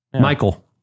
Michael